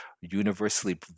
universally